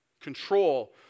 control